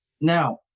now